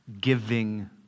giving